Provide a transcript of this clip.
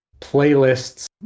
playlists